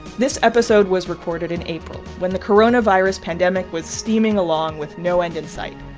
this episode was recorded in april when the corona virus pandemic with steaming along with no end in sight.